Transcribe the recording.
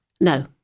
No